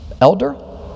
elder